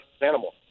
animal